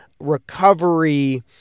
recovery